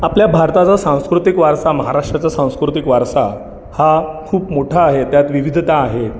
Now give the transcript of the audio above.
आपल्या भारताचा सांस्कृतिक वारसा महाराष्ट्राचा सांस्कृतिक वारसा हा खूप मोठा आहे त्यात विविधता आहे